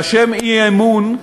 והשם "אי-אמון",